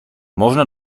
można